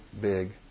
big